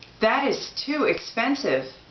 that is too expensive.